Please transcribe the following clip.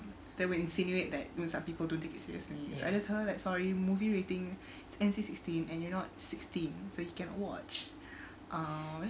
they would insinuate that some people don't take it seriously told her like sorry movie rating is N_C sixteen and you're not sixteen so you cannot watch um